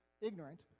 ignorant